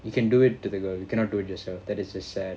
you can do it to the girl you cannot do it yourself that is just sad